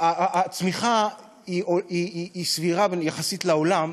הצמיחה סבירה יחסית לעולם,